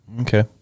okay